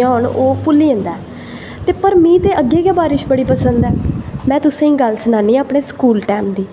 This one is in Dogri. होन ओह् भुल्ली जंदा ऐ ते में पर अग्गैं गै बारिश पसंद ऐ में तुसें गल्ल सनानी आं अपने स्कूल टैम दी